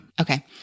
Okay